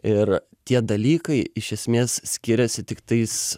ir tie dalykai iš esmės skiriasi tiktais